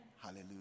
Hallelujah